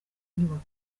nyubako